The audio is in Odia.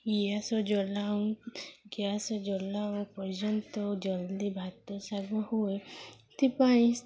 ଗ୍ୟାସର ଜଲାଉଁ ଗ୍ୟାସ ଜଲାଉଁ ପର୍ଯ୍ୟନ୍ତ ଜଲ୍ଦି ଭାତ ଶାଗ ହୁଏ ଏଥିପାଇଁ